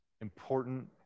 important